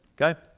Okay